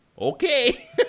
okay